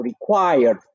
required